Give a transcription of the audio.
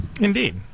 Indeed